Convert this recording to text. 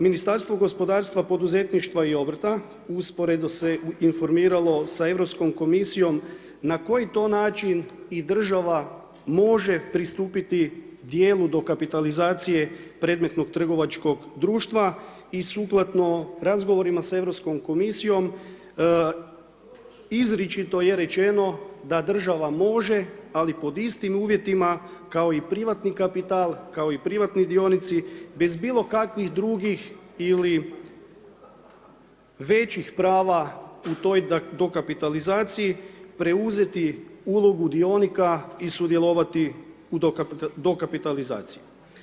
Ministarstvo gospodarstva, poduzetništva i obrta usporedo se informiralo sa Europskom komisijom na koji to način i država može pristupiti dijelu dokapitalizacije predmetnog trgovačkog društva i sukladno razgovorima sa Europskom komisijom izričito je rečeno da država može ali pod istim uvjetima kao i privatni kapital, kao i privatni dionici bez bilo kakvih drugih ili većih prava u toj dokapitalizaciji preuzeti ulogu dionika i sudjelovati u dokapitalizaciji.